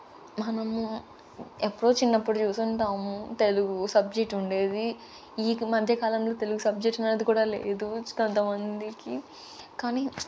మనము ఎప్పుడో చిన్నప్పుడు చూసుంటాము తెలుగు సబ్జెక్టు ఉండేది ఈ యొక్క మధ్యకాలంలో తెలుగు సబ్జెక్ట్ అనేది కూడా లేదు కొంతమందికి కానీ